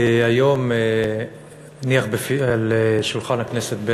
היום הניח על שולחן הכנסת,